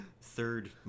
third